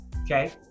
okay